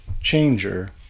changer